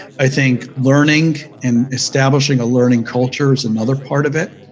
i think learning and establishing a learning culture is another part of it.